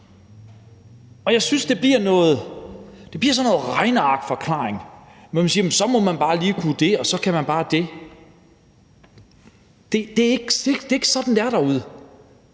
Jeg synes, det bliver sådan noget regnearkforklaring, hvor man bare lige må kunne gøre det ene og det andet. Det er ikke sådan, det er derude.